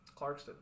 Clarkston